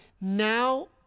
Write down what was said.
now